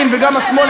ארבע קריאות.